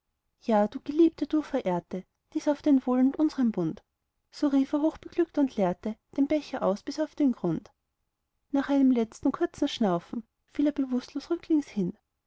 ja du geliebte du verehrte dies auf dein wohl und unsern bund so rief er hochbeglückt und leerte den becher aus bis auf den grund nach einem letzten kurzen schnaufen fiel er bewußtlos rücklings hin